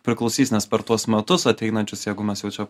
priklausys nes per tuos metus ateinančius jeigu mes jau čia